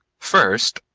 first,